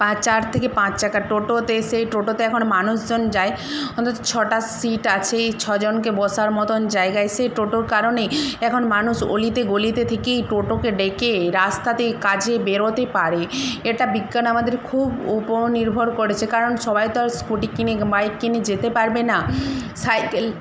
পাঁ চার থেকে পাঁচ চাকার টোটোতে সেই টোটোতে এখন মানুষজন যায় অন্তত ছটা সিট আছে এই ছজনকে বসার মতন জায়গায় সেই টোটোর কারণেই এখন মানুষ অলিতে গলিতে থেকেই টোটোকে ডেকে রাস্তাতেই কাজে বেরোতে পারে এটা বিজ্ঞান আমাদের খুব উপ নির্ভর করেছে কারণ সবাই তো আর স্কুটি কিনে বাইক কিনে যেতে পারবে না সাইকেল